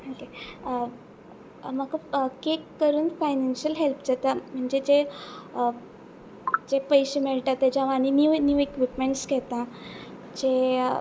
okay म्हाका cake करून financial help जाता म्हणजे जे जे पयशे मेळटा तेज्या वानी न्यू न्यू इक्विपमेंट्स घेता जे